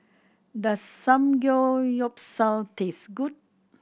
does Samgeyopsal taste good